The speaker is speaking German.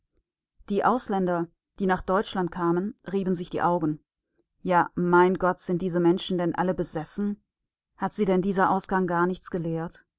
die ausländer die nach deutschland kamen rieben sich die augen ja mein gott sind diese menschen denn alle besessen hat sie denn dieser ausgang gar nichts gelehrt